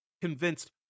convinced